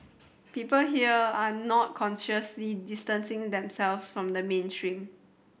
people here are not consciously distancing themselves from the mainstream